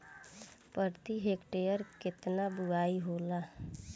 प्रति हेक्टेयर केतना बुआई होला?